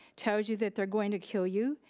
tells you that they're going to kill you,